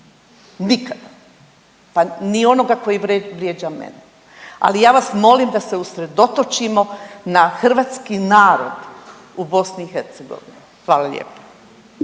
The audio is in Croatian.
nikada, pa ni onoga koji vrijeđa mene, ali ja vas molim da se usredotočimo na hrvatski narod u BiH. Hvala vam lijepo.